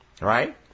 right